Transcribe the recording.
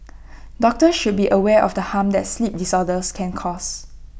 doctors should be aware of the harm that sleep disorders can cause